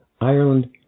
Ireland